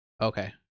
okay